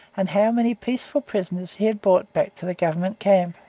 and how many peaceful prisoners he had brought back to the government camp.